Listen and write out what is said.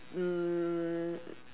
um